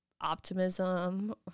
optimism